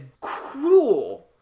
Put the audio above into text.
cruel